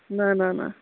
نہَ نہَ نہَ